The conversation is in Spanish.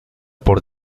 por